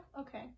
Okay